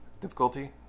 difficulty